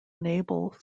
enable